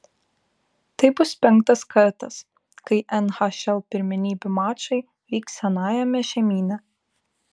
tai bus penktas kartas kai nhl pirmenybių mačai vyks senajame žemyne